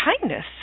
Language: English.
kindness